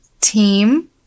Team